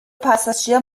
passagier